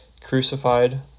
crucified